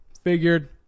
figured